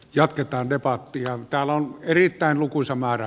jatketaan ja paattia täällä on erittäin lukuisa määrä